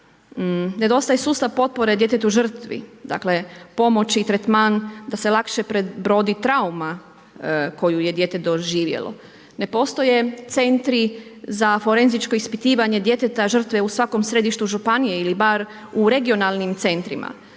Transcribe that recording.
ne dostaje sustav potpore djetetu žrtvi, dakle pomoć i tretman da se lakše prebrodi trauma koju je dijete doživjelo. Ne postoje centri za forenzičko ispitivanje djeteta žrtve u svakom središtu županije ili bar u regionalnim centrima.